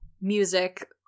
music